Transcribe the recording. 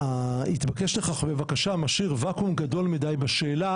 'התבקש לכך בבקשה' משאיר ואקום גדול מדי בשאלה